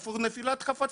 איפה נפילת חפצים?